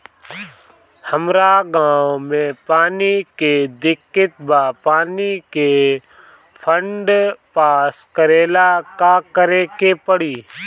हमरा गॉव मे पानी के दिक्कत बा पानी के फोन्ड पास करेला का करे के पड़ी?